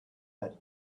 that